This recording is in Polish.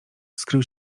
skrył